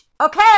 Okay